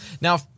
Now